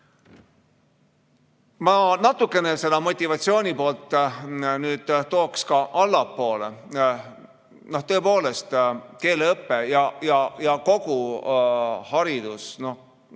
Ma natukene seda motivatsiooni poolt tooks ka allapoole. Tõepoolest, keeleõpe ja kogu haridus